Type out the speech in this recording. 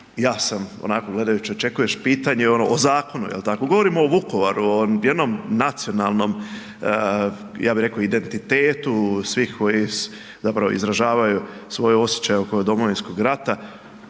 ja sam onako gledajući očekuješ pitanje ono o zakonu jel tako, govorimo o Vukovaru o jednom nacionalnom ja bi rekao identitetu svih koji zapravo izražavaju svoje osjećaje oko Domovinskog rata,